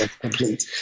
complete